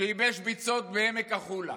שייבש ביצות בעמק החולה.